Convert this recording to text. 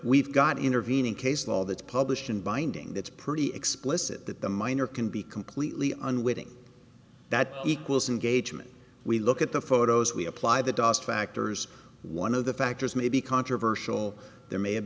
we've got intervening case law that's published in binding that's pretty explicit that the minor can be completely unwitting that equals engagement we look at the photos we apply the doest factors one of the factors may be controversial there may have